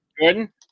Jordan